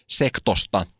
sektosta